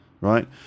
right